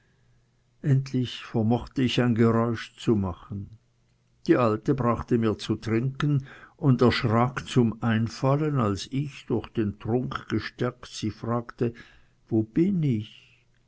endlich vermochte ich ein geräusch zu machen die alte brachte mir zu trinken und erschrak zum einfallen als ich durch den trunk gestärkt sie fragte wo bin ich